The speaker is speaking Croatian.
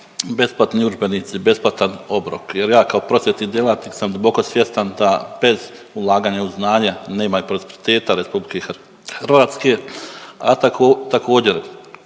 besplatni udžbenici, besplatan obrok jer ja kao prosvjetni djelatnik sam duboko svjestan da bez ulaganja u znanja nema ni prosperiteta RH, a također,